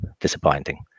disappointing